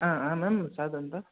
ಆ ಆ ಮ್ಯಾಮ್ ಅಸಾದ್ ಅಂತ